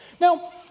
Now